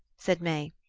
said may,